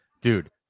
dude